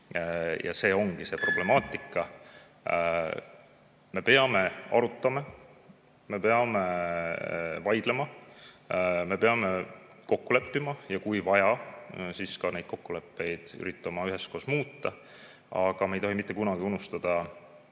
See ongi see problemaatika. Me peame arutama, me peame vaidlema, me peame kokku leppima, ja kui vaja, siis peame neid kokkuleppeid üritama ka üheskoos muuta. Aga me ei tohi mitte kunagi unustada